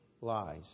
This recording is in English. lies